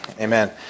Amen